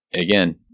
again